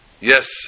yes